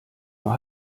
nur